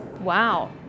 Wow